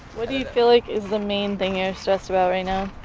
what do you feel like is the main thing you're stressed about right now?